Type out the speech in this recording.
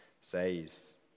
says